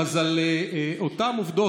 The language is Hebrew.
אז על אותן עובדות,